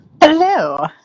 Hello